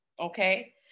okay